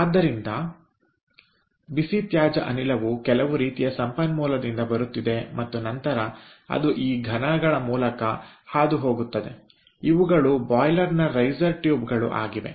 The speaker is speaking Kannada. ಆದರೆ ಬಿಸಿ ತ್ಯಾಜ್ಯ ಅನಿಲವು ಕೆಲವು ರೀತಿಯ ಸಂಪನ್ಮೂಲದಿಂದ ಬರುತ್ತಿದೆ ಮತ್ತು ನಂತರ ಅದು ಈ ಘನಗಳ ಮೂಲಕ ಹಾದುಹೋಗುತ್ತದೆ ಇವುಗಳು ಬಾಯ್ಲರ್ ನ ರೈಸರ್ ಟ್ಯೂಬ್ ಗಳು ಆಗಿವೆ